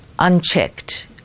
Unchecked